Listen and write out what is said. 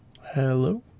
Hello